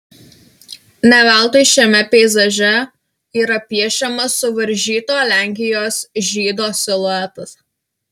ne veltui šiame peizaže yra piešiamas suvaržyto lenkijos žydo siluetas